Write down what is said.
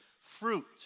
Fruit